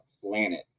planet